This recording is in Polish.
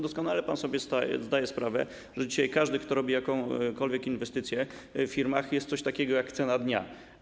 Doskonale zdaje sobie pan sprawę, że dzisiaj każdy, kto robi jakąkolwiek inwestycję w firmach, wie, że jest coś takiego jak cena dnia.